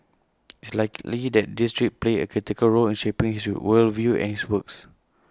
it's likely that this trip played A critical role in shaping his world view and his works